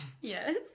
yes